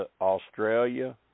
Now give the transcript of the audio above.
Australia